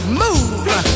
move